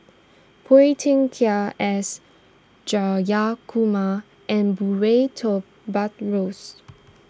Phua Thin Kiay S Jayakumar and Murray toy Buttrose